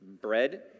bread